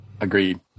agreed